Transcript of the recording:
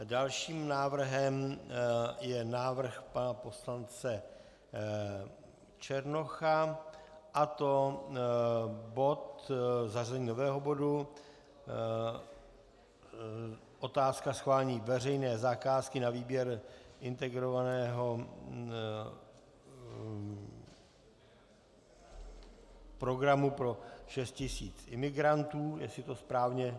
Dalším návrhem je návrh pana poslance Černocha, a to zařazení nového bodu Otázka schválení veřejné zakázky na výběr integrovaného programu pro šest tisíc imigrantů, jestli to správně...